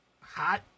hot